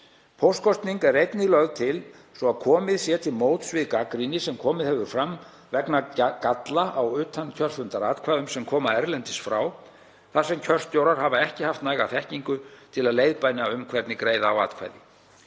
Póstkosning er einnig lögð til svo að komið sé til móts við gagnrýni sem komið hefur fram vegna galla á utankjörfundaratkvæðum sem koma erlendis frá þar sem kjörstjórar hafa ekki haft næga þekkingu til að leiðbeina um hvernig greiða á atkvæði.